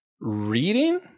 reading